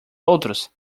outros